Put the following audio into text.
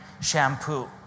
shampoo